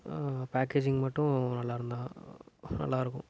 packaging மட்டும் நல்லா இருந்தால் நல்லாயிருக்கும்